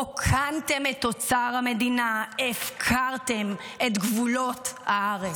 רוקנתם את אוצר המדינה, הפקרתם את גבולות הארץ,